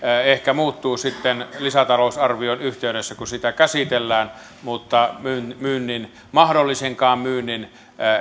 ehkä muuttuu sitten lisätalousarvion yhteydessä kun sitä käsitellään mutta myynnin myynnin edes mahdollisen myynnin